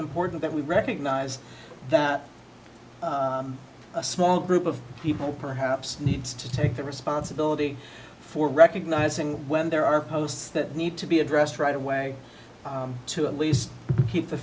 important that we recognize that a small group of people perhaps needs to take the responsibility for recognizing when there are posts that need to be addressed right away to a least keep t